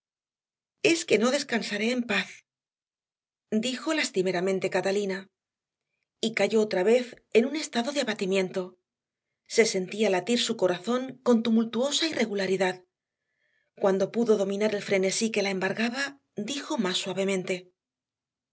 es que no descansaré en paz dijo lastimeramente catalina y cayó otra vez en un estado de abatimiento se sentía latir su corazón con tumultuosa irregularidad cuando pudo dominar el frenesí que la embargaba dijo más suavemente